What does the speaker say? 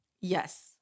yes